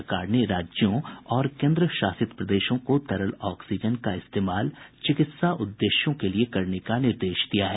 सरकार ने राज्यों और केन्द्र शासित प्रदेशों को तरल ऑक्सीजन का इस्तेमाल चिकित्सा उद्देश्यों के लिए करने का निर्देश दिया है